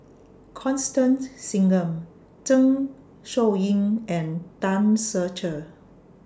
Constance Singam Zeng Shouyin and Tan Ser Cher